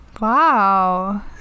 wow